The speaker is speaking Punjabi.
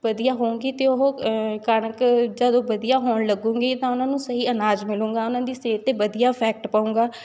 ਵਧੀਆ ਹੋਊਂਗੀ ਅਤੇ ਉਹ ਕਣਕ ਜਦੋਂ ਵਧੀਆ ਹੋਣ ਲੱਗੂਗੀ ਤਾਂ ਉਹਨਾਂ ਨੂੰ ਸਹੀ ਅਨਾਜ ਮਿਲੂਗਾ ਉਹਨਾਂ ਦੀ ਸਿਹਤ 'ਤੇ ਵਧੀਆ ਇਫੈਕਟ ਪਉਂਗਾ